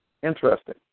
Interesting